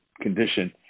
condition